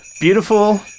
beautiful